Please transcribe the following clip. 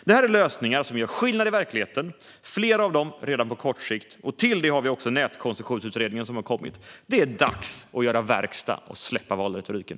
Detta är lösningar som gör skillnad i verkligheten, flera av dem redan på kort sikt. Till det har vi också den nätkoncessionsutredning som har kommit. Det är dags att göra verkstad och släppa valretoriken!